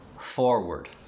forward